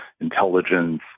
intelligence